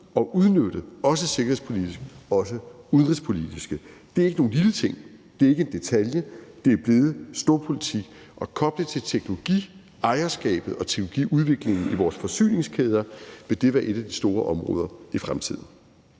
og udnytte, også sikkerhedspolitisk, også udenrigspolitisk. Det er ikke nogen lille ting, det er ikke en detalje, men det er blevet storpolitik, og koblet til teknologiejerskabet og teknologiudviklingen i vores forsyningskæder vil det være et af de store områder i fremtiden.